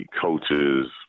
coaches